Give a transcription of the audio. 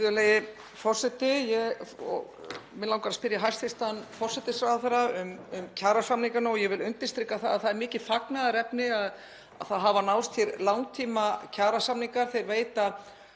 það er mikið fagnaðarefni að hér hafi náðst langtímakjarasamningar.